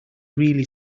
really